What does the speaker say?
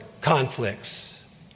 conflicts